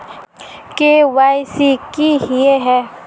KYC की हिये है?